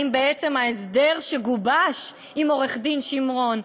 האם בעצם ההסדר שגובש עם עו"ד שמרון,